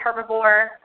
Herbivore